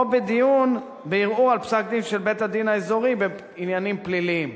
או בדיון בערעור על פסק-דין של בית-הדין האזורי בעניינים פליליים.